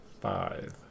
five